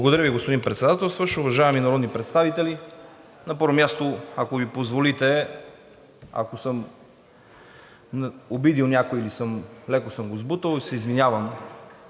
Благодаря Ви, господин Председателстващ. Уважаеми народни представители, на първо място, ако ми позволите, ако съм обидил някого или леко съм го сбутал, се извинявам